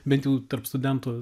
bent jau tarp studentų